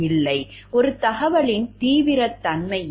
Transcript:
ஒரு தகவலின் தீவிரத்தன்மை என்ன